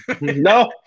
No